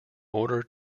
order